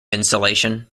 insulation